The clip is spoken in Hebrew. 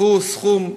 קחו סכום x,